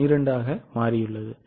12 ஆக மாறியுள்ளது